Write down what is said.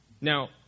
Now